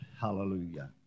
Hallelujah